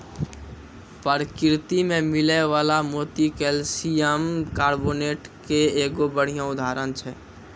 परकिरति में मिलै वला मोती कैलसियम कारबोनेट के एगो बढ़िया उदाहरण छै